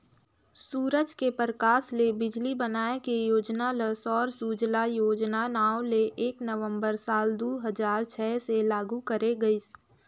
सूरज के परकास ले बिजली बनाए के योजना ल सौर सूजला योजना नांव ले एक नवंबर साल दू हजार छै से लागू करे गईस